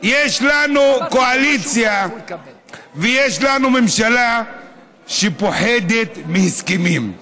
יש לנו קואליציה ויש לנו ממשלה שפוחדת מהסכמים.